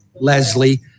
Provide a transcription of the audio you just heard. Leslie